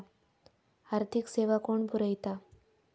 आर्थिक सेवा कोण पुरयता?